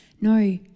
no